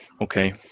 okay